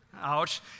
ouch